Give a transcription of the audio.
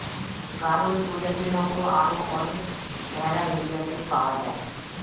গাড়ল প্রজাতির মত আরো অনেক ভেড়া ইন্ডিয়াতে পাওয়া যায়